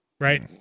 right